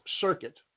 Circuit